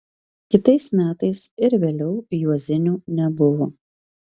kitais metais ir vėliau juozinių nebuvo